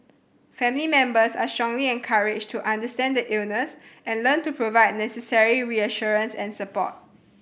family members are strongly encouraged to understand the illness and learn to provide necessary reassurance and support